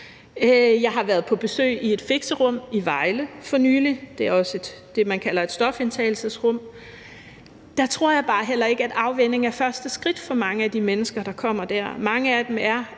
Jeg har været på besøg i et fixerum i Vejle for nylig; det er også det, man kalder et stofindtagelsesrum. Der tror jeg bare heller ikke, at afvænning er første skridt for mange af de mennesker, der kommer der.